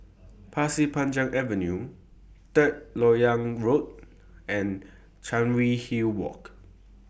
Pasir Panjang Avenue Third Lok Yang Road and Chancery Hill Walk